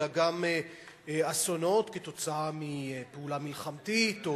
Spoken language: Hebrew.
אלא גם אסונות כתוצאה מפעולה מלחמתית או